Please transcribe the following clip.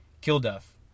Kilduff